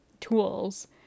tools